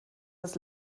das